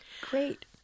Great